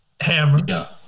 Hammer